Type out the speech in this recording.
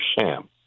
sham